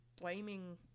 blaming